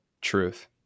truth